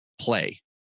play